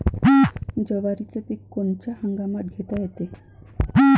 जवारीचं पीक कोनच्या हंगामात घेता येते?